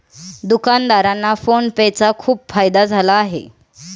दुकानदारांना PhonePe चा खूप फायदा झाला आहे